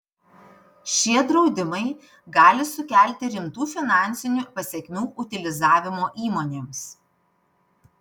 šie draudimai gali sukelti rimtų finansinių pasekmių utilizavimo įmonėms